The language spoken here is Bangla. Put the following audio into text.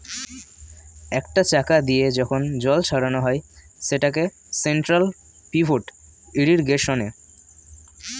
একটা চাকা দিয়ে যখন জল ছড়ানো হয় সেটাকে সেন্ট্রাল পিভট ইর্রিগেশনে